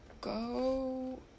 go